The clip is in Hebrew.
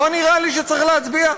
ולא נראה לי שצריך להצביע.